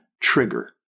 trigger